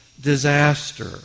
disaster